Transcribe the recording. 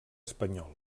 espanyol